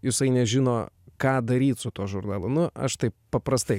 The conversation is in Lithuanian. jisai nežino ką daryti su tuo žurnalu aš taip paprastai